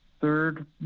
third